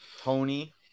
Tony